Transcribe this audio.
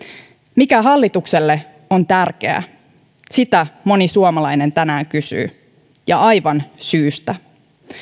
mikä hallitukselle on tärkeää sitä moni suomalainen tänään kysyy ja aivan syystä